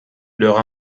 leurs